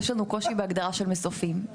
יש לנו קושי בהגדרה של מסופים.